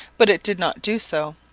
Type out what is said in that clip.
but it did not do so.